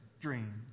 dream